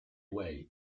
way